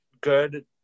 good